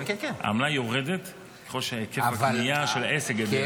העמלה יורדת ככל שהיקף הקנייה של העסק גדל.